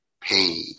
pain